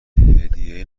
هدیه